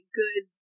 good